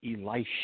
Elisha